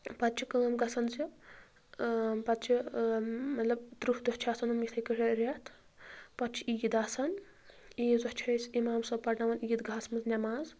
پَتہٕ چھِ کٲم گژھان زِ پَتہٕ چھِ مطلب تٕرٛہ دۄہ چھِ آسان یِم یِتھَے کٔٹھۍ رٮ۪تھ پَتہٕ چھِ عیٖد آسان عیٖز دۄہ چھِ أسۍ اِمام صٲب پَرناوان عیٖد گاہَس منٛز نٮ۪ماز